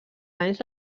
anys